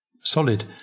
Solid